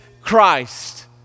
Christ